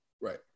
Right